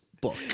book